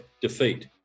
defeat